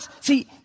See